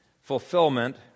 fulfillment